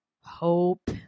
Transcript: hope